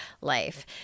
life